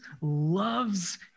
loves